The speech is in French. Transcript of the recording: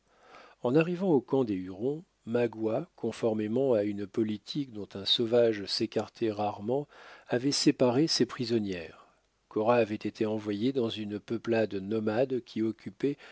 en arrivant au camp des hurons magua conformément à une politique dont un sauvage s'écartait rarement avait séparé ses prisonnières cora avait été envoyée dans une peuplade nomade qui occupait